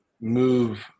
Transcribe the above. move